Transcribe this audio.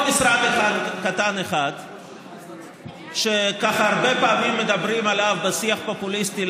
עוד משרד קטן אחד שהרבה פעמים מדברים עליו בשיח הפופוליסטי,